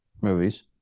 movies